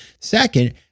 Second